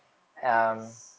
ah tak boleh just